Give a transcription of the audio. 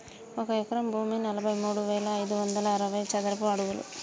ఒక ఎకరం భూమి నలభై మూడు వేల ఐదు వందల అరవై చదరపు అడుగులు